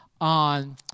on